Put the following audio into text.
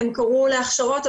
הם קראו להכשרות,